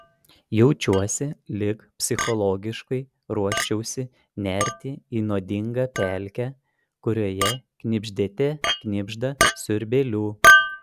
jaučiuosi lyg psichologiškai ruoščiausi nerti į nuodingą pelkę kurioje knibždėte knibžda siurbėlių